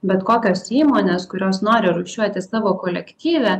bet kokios įmonės kurios nori rūšiuoti savo kolektyve